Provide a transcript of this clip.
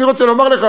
אני רוצה לומר לך,